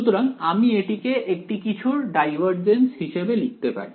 সুতরাং আমি এটিকে একটি কিছুর ডাইভারজেন্স হিসেবে লিখতে পারি